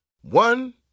One